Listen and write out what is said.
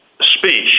speech